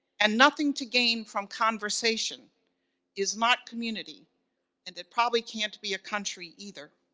and nothing to gain from conversation is not community and it probably can't be a country either.